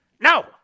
No